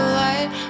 light